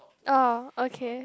orh okay